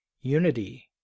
Unity